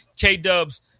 K-Dubs